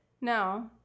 No